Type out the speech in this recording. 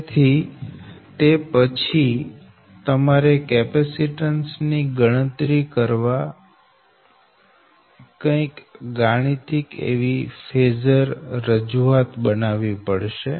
તેથી તે પછી તમારે કેપેસીટન્સ ની ગણતરી કરવા કંઈક ગાણિતિક એવી ફેઝર રજૂઆત બનાવવી પડશે